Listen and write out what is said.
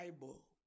Bible